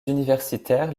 universitaires